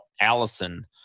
Allison